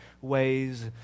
ways